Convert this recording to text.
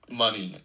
money